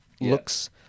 looks